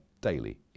daily